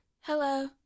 Hello